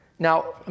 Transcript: Now